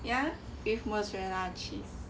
ya with mozzarella vanilla cheese